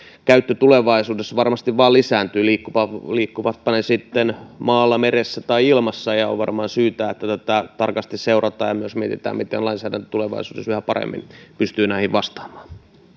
käyttö tulevaisuudessa varmasti vain lisääntyy liikkuvatpa liikkuvatpa ne sitten maalla meressä tai ilmassa ja on varmaan syytä että tätä tarkasti seurataan ja myös mietitään miten lainsäädäntö tulevaisuudessa yhä paremmin pystyy näihin vastaamaan